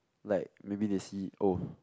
like maybe they see oh